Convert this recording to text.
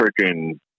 freaking